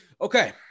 Okay